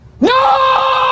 no